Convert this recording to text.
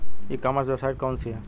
ई commerce website कौन सी है?